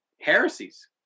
heresies